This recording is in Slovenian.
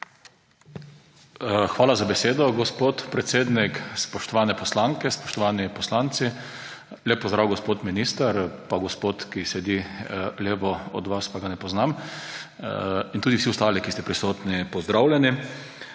Hvala za besedo, gospod predsednik. Spoštovane poslanke, spoštovani poslanci, lep pozdrav gospod minister in gospod, ki sedi levo od vas, pa ga ne poznam, in tudi vsi ostali, ki ste prisotni pozdravljeni!